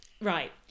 right